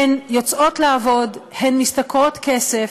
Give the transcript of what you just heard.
הן יוצאות לעבוד, הן משתכרות כסף,